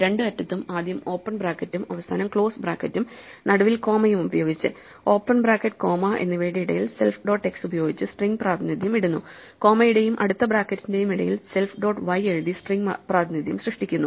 രണ്ടു അറ്റത്തും ആദ്യം ഓപ്പൺ ബ്രാക്കറ്റും അവസാനം ക്ലോസ് ബ്രാക്കറ്റും നടുവിൽ കോമയും ഉപയോഗിച്ച് ഓപ്പൺ ബ്രാക്കറ്റ് കോമ എന്നിവയുടെ ഇടയിൽ സെൽഫ് ഡോട്ട് X ഉപയോഗിച്ച് സ്ട്രിംഗ് പ്രാതിനിധ്യം ഇടുന്നു കോമയുടെയും അടുത്ത ബ്രാക്കറ്റിന്റെയും ഇടയിൽ സെൽഫ് ഡോട്ട് Y എഴുതി സ്ട്രിംഗ് പ്രാതിനിധ്യം സൃഷ്ടിക്കുന്നു